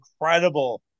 incredible